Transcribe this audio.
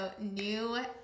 new